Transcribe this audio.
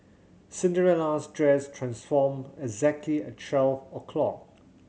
Cinderella's dress transformed exactly at twelve o' clock